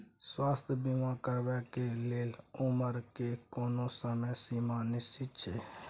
स्वास्थ्य बीमा करेवाक के लेल उमर के कोनो समय सीमा निश्चित छै?